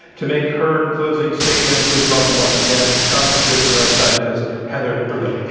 to make her closing statement, please welcome, once again, cognitive neuroscientist, heather berlin.